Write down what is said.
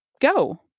go